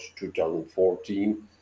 2014